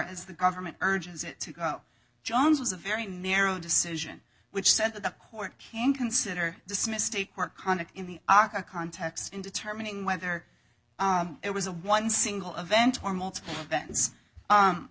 as the government urges it to go jones was a very narrow decision which said that the court can consider this mistake where conduct in the aka context in determining whether it was a one single event or multiple event